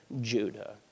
Judah